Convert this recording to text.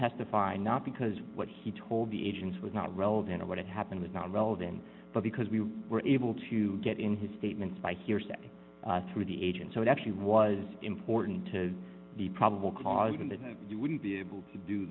testify not because what he told the agents was not relevant to what happened was not relevant but because we were able to get in his statements by hearsay through the agent so it actually was important to the probable cause in that you wouldn't be able to do